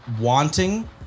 wanting